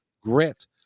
grit